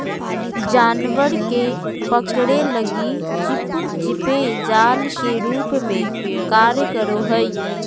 जानवर के पकड़े लगी चिपचिपे जाल के रूप में कार्य करो हइ